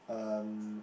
um